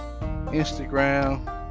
Instagram